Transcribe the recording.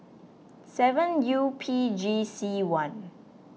seven U P G C one